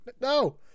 no